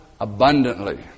abundantly